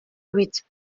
with